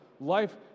Life